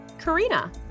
karina